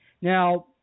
now